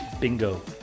Bingo